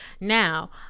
Now